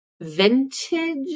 Vintage